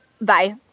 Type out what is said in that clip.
Bye